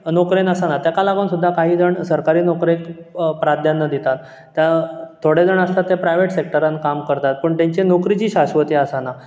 नोकरेन आसाना तेका लागोन सुद्दां कांय जाण सरकारी नोकरेक प्राधान्य दितात ता थोडे जाण आसतात ते प्रायवेट सॅक्टरान काम करतात पूण तेंचे नोकरेची शाश्वती आसाना